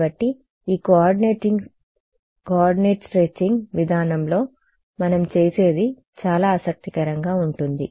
కాబట్టి ఈ coordinate stretching విధానంలో మనం చేసేది చాలా ఆసక్తికరంగా ఉంటుంది